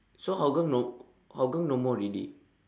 so hougang no hougang no more already